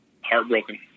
Heartbroken